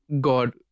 God